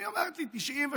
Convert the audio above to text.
היא אומרת לי: 93